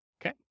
okay